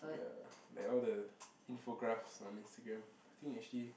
ya like all the info graphs on Instagram I think actually